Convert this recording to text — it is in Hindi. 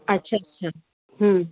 अच्छा अच्छा हूँ